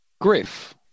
Griff